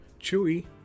chewy